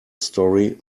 story